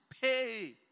pay